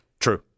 true